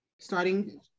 Starting